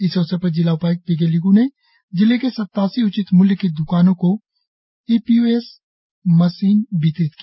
इस अवसर पर जिला उपाय्क्त पिगे लिग् ने जिले के सत्तासी उचित मूल्य की दुकानों को E P O S machine वितरीत किया